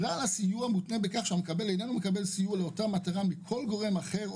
כלל הסיוע מותנה בכך שהמקבל אינו מקבל סיוע מכל גורם אחר,